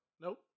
Nope